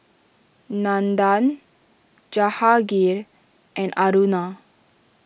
Nandan Jahangir and Aruna